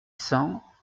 cents